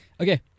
Okay